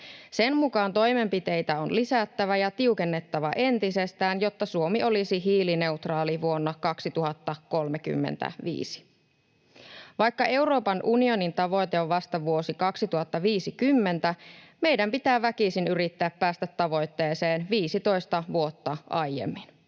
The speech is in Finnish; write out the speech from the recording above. Sen mukaan toimenpiteitä on lisättävä ja tiukennettava entisestään, jotta Suomi olisi hiilineutraali vuonna 2035 — vaikka Euroopan unionin tavoite on vasta vuosi 2050, meidän pitää väkisin yrittää päästä tavoitteeseen 15 vuotta aiemmin.